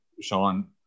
Sean